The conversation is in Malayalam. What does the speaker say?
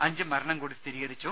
അഞ്ച് മരണം കൂടി സ്ഥിരീകരിച്ചു